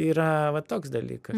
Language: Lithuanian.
yra va toks dalykas